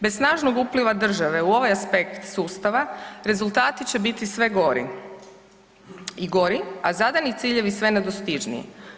Bez snažnog upliva države u ovaj aspekt sustava, rezultati će biti sve gori i gori, a zadani ciljevi sve nedostižniji.